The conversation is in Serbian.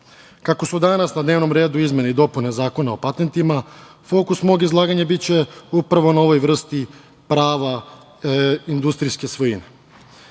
Kako su danas na dnevnom redu izmene i dopune Zakona o patentima, fokus mog izlaganja biće upravo na ovoj vrsti prava industrijske svojine. Patent